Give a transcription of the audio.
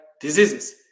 diseases